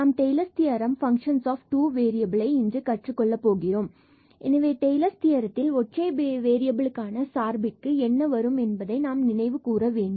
நாம் Taylor's theorem function of two வேறியபிலை இன்று கற்றுக் கொள்ள போகிறோம் எனவே டெய்லர்ஸ் தியரத்தில் ஒற்றை வேறியபிலுக்கான சார்பிற்கு என்ன வரும் என்பதை நாம் நினைவு கூற வேண்டும்